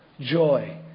joy